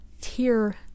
tier